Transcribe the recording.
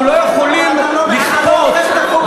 אנחנו לא יכולים לכפות,